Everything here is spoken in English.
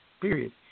Period